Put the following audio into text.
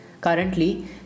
Currently